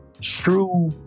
true